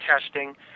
testing